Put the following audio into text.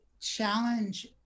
challenge